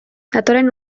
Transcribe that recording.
datorren